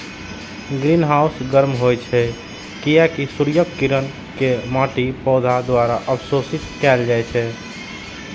greenhouse गर्म होइ छै, कियैकि सूर्यक किरण कें माटि, पौधा द्वारा अवशोषित कैल जाइ छै